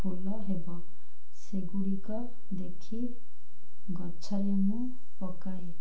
ଫୁଲ ହେବ ସେଗୁଡ଼ିକ ଦେଖି ଗଛରେ ମୁଁ ପକାଏ